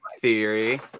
Theory